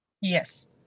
Yes